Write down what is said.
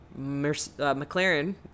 mclaren